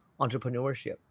entrepreneurship